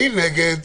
מי נגד?